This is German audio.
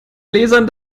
lesern